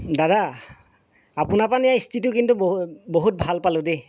দাদা আপোনাৰ পা নিয়া ইস্ত্ৰীটো কিন্তু বহু বহুত ভাল পালো দেই